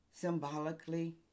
symbolically